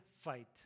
fight